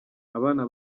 abana